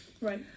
right